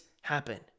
happen